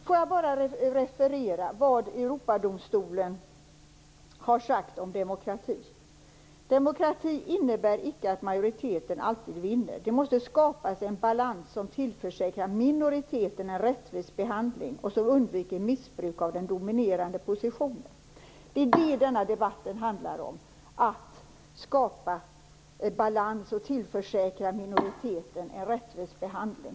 Låt mig då referera vad Europadomstolen har sagt om demokrati: "Demokrati innebär icke att majoriteten alltid vinner: det måste skapas en balans som tillförsäkrar minoriteten en rättvis behandling och som undviker missbruk av den dominerande positionen." Det är det denna debatt handlar om: att skapa balans och att tillförsäkra minoriteten en rättvis behandling.